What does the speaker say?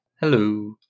Hello